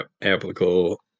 applicable